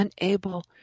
unable